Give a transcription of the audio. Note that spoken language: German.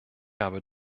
habe